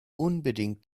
unbedingt